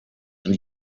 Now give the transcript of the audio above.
and